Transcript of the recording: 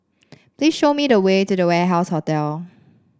please show me the way to The Warehouse Hotel